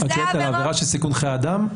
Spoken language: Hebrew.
את שואלת על העבירה של סיכון חיי אדם?